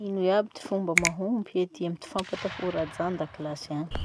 Ino iaby ty fomba mahomby iadia amy ty fampatahora ajà andakilasy any?